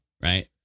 Right